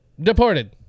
Deported